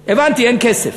הבנתי, אין כסף.